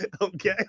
Okay